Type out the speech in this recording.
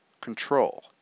control